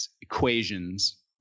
equations